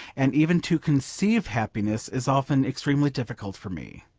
and even to conceive happiness is often extremely difficult for me.